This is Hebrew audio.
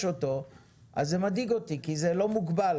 אותו אז זה מדאיג אותי כי היא לא מוגבלת,